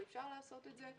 ואפשר לעשות את זה.